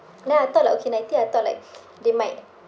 then I thought okay ninety I thought like they might